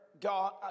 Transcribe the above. God